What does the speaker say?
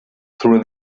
through